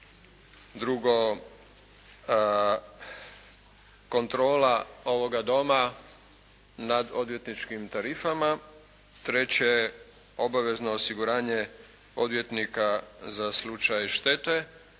Drugo, kontrola ovoga Doma nad odvjetničkim tarifama. Treće, obavezno osiguranje odvjetnika za slučaj štete.